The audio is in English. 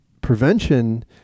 prevention